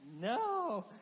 no